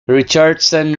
richardson